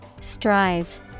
Strive